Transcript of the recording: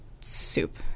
soup